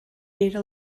era